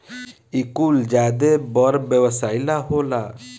इ कुल ज्यादे बड़ व्यवसाई ला होला